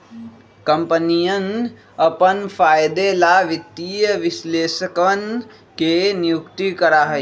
कम्पनियन अपन फायदे ला वित्तीय विश्लेषकवन के नियुक्ति करा हई